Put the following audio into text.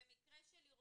במקרה של ערעור,